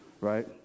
right